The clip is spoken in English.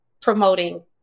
promoting